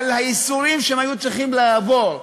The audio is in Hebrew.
על הייסורים שהם היו צריכים לעבור,